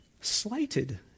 slighted